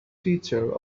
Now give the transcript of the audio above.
teacher